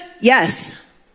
Yes